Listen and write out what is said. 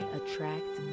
attract